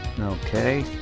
Okay